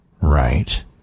right